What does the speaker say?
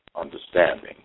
understanding